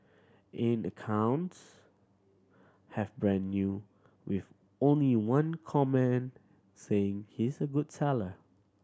in accounts have brand new with only one comment saying he's a good seller